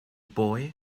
boy